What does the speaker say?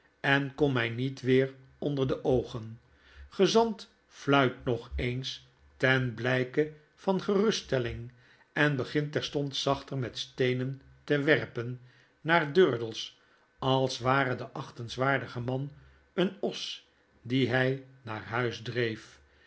en kom my niet weer onder de oogen i gezant fluit nog eens ten blyke vangeruststelling en begint terstond zachter met steenen te werpen naar durdels als ware de achtenswaardige man een os dien hy naar huisdreef